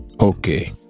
Okay